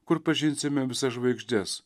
kur pažinsime visas žvaigždes